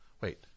Wait